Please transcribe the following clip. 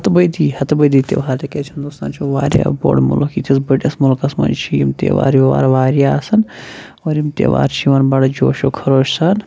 ہتہٕ بٔدی ہَتہٕ بٔدی تیوار تِکیازِ ہِندُستان چھُ واریاہ بوٚڑ مُلک یتھِس بٔڑِس مُلکَس منٛز چھِ یِم تیوار ویوار واریاہ آسَان اور یِم تیوار چھِ یِوان بَڑٕ جوشو خروش سان